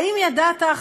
האם ידעת,